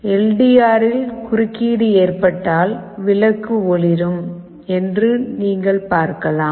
L D ஆரில் குறுக்கீடு ஏற்பட்டால் விளக்கு ஒளிரும் என்று நீங்கள் பார்க்கலாம்